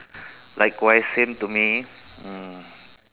likewise same to me mm